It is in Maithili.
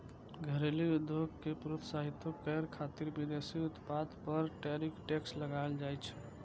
घरेलू उद्योग कें प्रोत्साहितो करै खातिर विदेशी उत्पाद पर टैरिफ टैक्स लगाएल जाइ छै